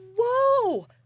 whoa